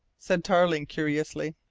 said tarling curiously.